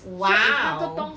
!wow!